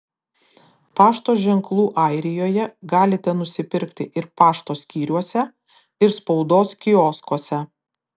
pašto ženklų airijoje galite nusipirkti ir pašto skyriuose ir spaudos kioskuose